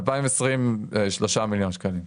2020, 3 מיליון שקלים.